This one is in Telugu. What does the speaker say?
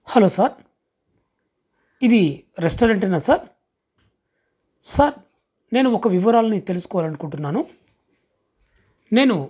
హలో సార్ ఇదీ రెస్టారెంటేనా సార్ సార్ నేను ఒక వివరాలని తెలుసుకోవాలి అనుకుంటున్నాను నేను